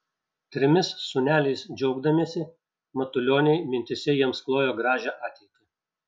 trimis sūneliais džiaugdamiesi matulioniai mintyse jiems klojo gražią ateitį